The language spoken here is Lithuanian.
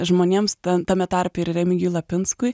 žmonėms ta tame tarpe ir remigijui lapinskui